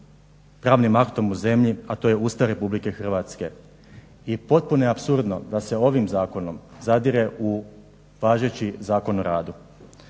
pravnim aktom u zemlji, a to je Ustav Republike Hrvatske. I potpuno je apsurdno da se ovim zakonom zadire u važeći Zakon o radu.